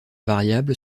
variable